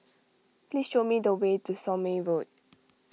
please show me the way to Somme Road